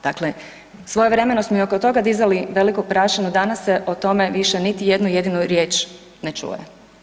Dakle, svojevremeno smo i oko toga dizali veliku prašinu, danas se o tome više niti jednu jedinu riječ ne čuje.